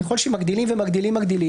ככל שמגדילים ומגדילים,